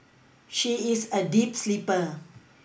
she is a deep sleeper